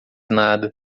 nada